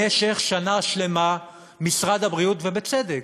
במשך שנה שלמה משרד הבריאות, ובצדק,